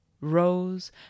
rose